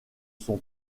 son